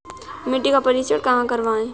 मिट्टी का परीक्षण कहाँ करवाएँ?